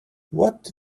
what